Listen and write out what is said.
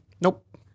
Nope